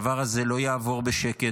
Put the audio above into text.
הדבר הזה לא יעבור בשקט.